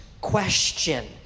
question